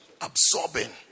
Absorbing